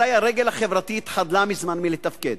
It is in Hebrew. אזי הרגל החברתית חדלה מזמן לתפקד.